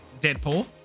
deadpool